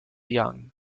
young